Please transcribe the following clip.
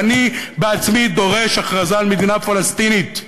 ואני בעצמי דורש הכרזה על מדינה פלסטינית,